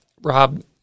Rob